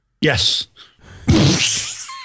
Yes